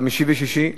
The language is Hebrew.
חמישי ושישי.